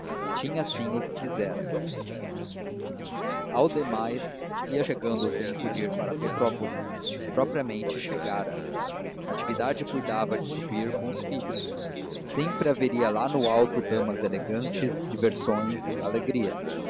tinha assim o que quisera ao demais ia chegando o tempo de ir para petrópolis propriamente chegara natividade cuidava de subir com os filhos sempre haveria lá no alto damas elegantes diversões alegria